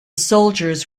soldiers